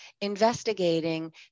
investigating